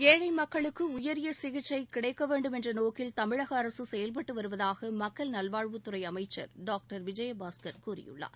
ஏழை மக்களுக்கு உயரிய சிகிக்சை கிடைக்க வேண்டும் என்ற நோக்கில் தமிழக அரசு செயல்பட்டு வருவதாக மக்கள் நல்வாழ்வுத்துறை அமைச்சர் டாக்டர் விஜயபாஸ்கர் கூறியுள்ளார்